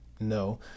No